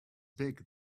big